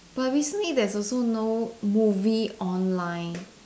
but recently there's also no movie online